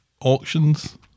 auctions